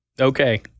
Okay